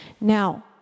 Now